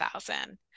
thousand